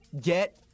get